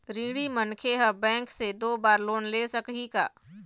ऋणी मनखे हर बैंक से दो बार लोन ले सकही का?